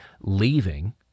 leaving